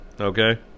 Okay